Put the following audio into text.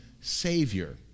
Savior